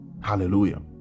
Hallelujah